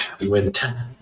Winter